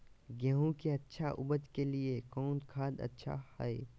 गेंहू के अच्छा ऊपज के लिए कौन खाद अच्छा हाय?